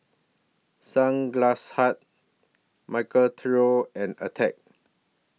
Sunglass Hut Michael Trio and Attack